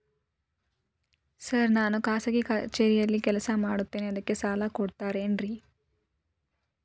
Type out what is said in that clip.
Sir ನಾನು ಖಾಸಗಿ ಕಚೇರಿಯಲ್ಲಿ ಕೆಲಸ ಮಾಡುತ್ತೇನೆ ಅದಕ್ಕೆ ಸಾಲ ಕೊಡ್ತೇರೇನ್ರಿ?